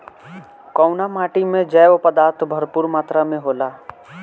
कउना माटी मे जैव पदार्थ भरपूर मात्रा में होला?